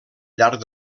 llarg